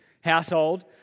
household